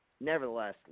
nevertheless